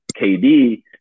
KD